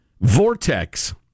Vortex